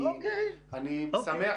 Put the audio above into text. אני אשמח